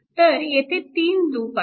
तर येथे 3 लूप आहेत